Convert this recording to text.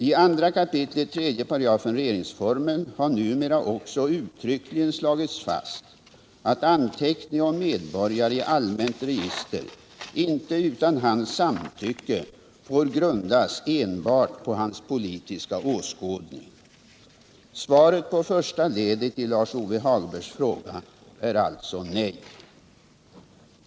I 2 kap. 3§ regeringsformen har numera också uttryckligen slagits fast att anteckning om medborgare i allmänt register inte utan hans samtycke får grundas enbart på hans politiska åskådning. Svaret på första ledet i Lars-Ove Hagbergs fråga är alltså nej.